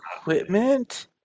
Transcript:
equipment